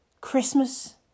Christmas